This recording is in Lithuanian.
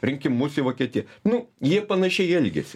rinkimus į vokietiją nu jie panašiai elgiasi